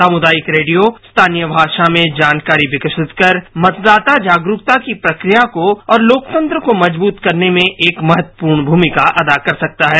सामुदायिक रेडियो स्थानीय भाषा में जानकारी विकसित कर मतदाता जागरुकता की प्रक्रिया को और लोकतंत्र को मजबूत करने में एक महत्वपूर्ण भूमिका अदा कर सकता है